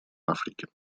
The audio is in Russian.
африки